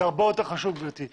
זה הרבה יותר חשוב, גברתי.